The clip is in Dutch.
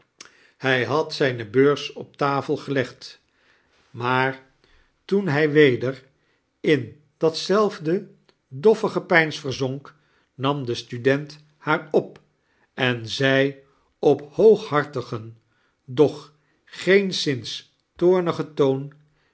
hij had zijne beurs op tafel gelegd maar toen hij weder in datzelfde doffe gepeins verzonk nam de student haar op en zei op hooghartigen doch geenszins toornigen toon